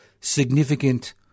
significant